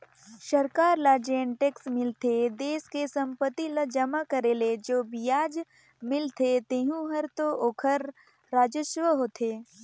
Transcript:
सरकार ल जेन टेक्स मिलथे देस के संपत्ति ल जमा करे ले जो बियाज मिलथें तेहू हर तो ओखर राजस्व होथे